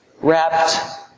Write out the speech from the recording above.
wrapped